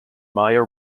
maya